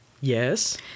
Yes